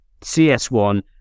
CS1